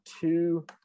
two